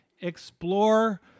explore